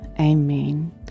amen